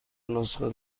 نسخه